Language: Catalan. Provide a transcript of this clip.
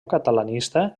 catalanista